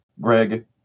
Greg